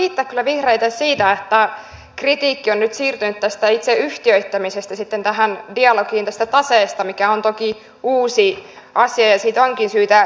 haluan kiittää kyllä vihreitä siitä että kritiikki on nyt siirtynyt tästä itse yhtiöittämisestä sitten dialogiin tästä taseesta mikä on toki uusi asia ja mistä onkin syytä keskustelua käydä